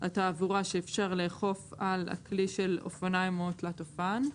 התעבורה שאפשר לאכוף על הכלי של אופניים או תלת אופן,